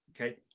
okay